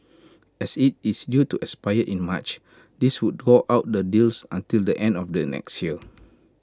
as IT is due to expire in March this would draw out the deals until the end of the next year